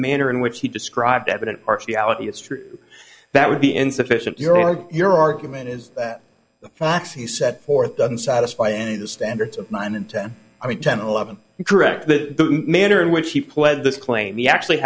manner in which he described evident partiality is true that would be insufficient your or your argument is that foxy set forth doesn't satisfy any of the standards of nine and ten i mean ten eleven correct the manner in which he pled this claim he actually